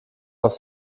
auf